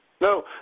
No